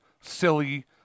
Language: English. silly